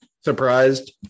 surprised